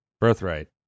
birthright